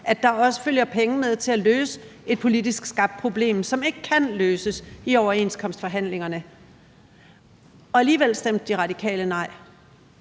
at der også følger penge med til at løse et politisk skabt problem, som ikke kan løses i overenskomstforhandlingerne. Og alligevel stemte De Radikale nej.